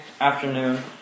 afternoon